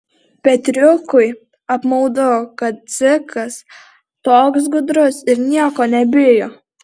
petriukui apmaudu kad dzikas toks gudrus ir nieko nebijo